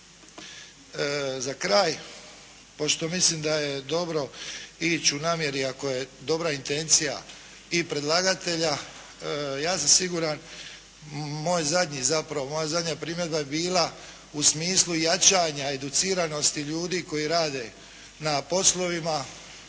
Za kraj pošto mislim da je dobro ići u namjeri ako je dobra intencija i predlagatelja. Ja sam siguran, moj zadnji zapravo, moja zadnja primjedba je bila u smislu jačanja i educiranosti ljudi koji rade na poslovima